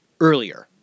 earlier